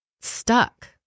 stuck